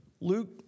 Luke